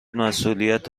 مسئولیت